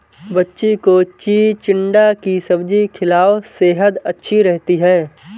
बच्ची को चिचिण्डा की सब्जी खिलाओ, सेहद अच्छी रहती है